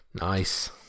Nice